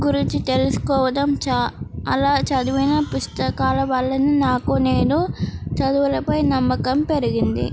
గురించి తెలుసుకోవడం చ అలా చదివిన పుస్తకాల వల్ల నాకు నేను చదువులపై నమ్మకం పెరిగింది